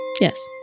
Yes